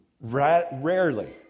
rarely